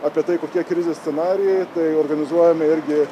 apie tai kokie krizės scenarijai tai organizuojame irgi